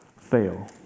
fail